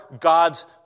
God's